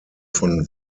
von